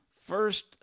first